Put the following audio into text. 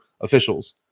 officials